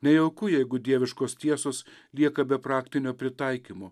nejauku jeigu dieviškos tiesos lieka be praktinio pritaikymo